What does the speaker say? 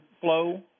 flow